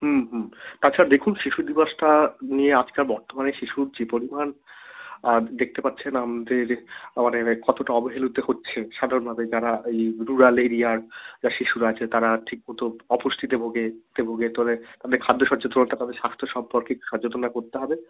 হুম হুম তাছাড়া দেখুন শিশু দিবসটা নিয়ে আজকাল বর্তমানে শিশুর যে পরিমাণ দেখতে পাচ্ছেন যে যে মানে কতটা অবহেলিত হচ্ছে সাধারণভাবে যারা এই রুরাল এরিয়ার শিশুরা আছে তারা ঠিক মতো অপুষ্টিতে ভোগে এতে ভোগে তবে আমাদের খাদ্য সজ্জা তাদের স্বাস্থ্য সম্পর্কে সচেতন করতে হবে